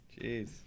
Jeez